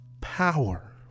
power